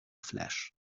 flash